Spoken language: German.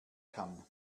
kann